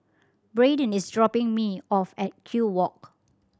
Bradyn is dropping me off at Kew Walk